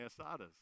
asadas